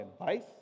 advice